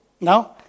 no